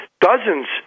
dozens